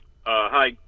Hi